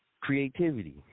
creativity